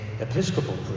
Episcopal